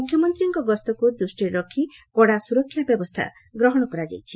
ମୁଖ୍ୟମନ୍ତୀଙ୍କ ଗସ୍ତକୁ ଦୃଷ୍ଟିରେ ରଖି କଡ଼ା ସୁରକ୍ଷା ବ୍ୟବସ୍ତା ଗ୍ରହଣ କରାଯାଇଛି